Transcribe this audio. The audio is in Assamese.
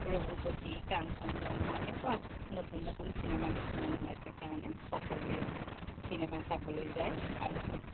ৰঘুপতি কাঞ্চনজংঘা এনেকুৱা নতুন নতুন চিনেমা কিছুমান ওলাইছে কাৰণে সকলোৱে চিনেমা চাবলৈ যায় আৰুতো